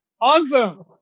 Awesome